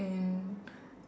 and